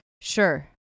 Sure